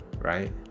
right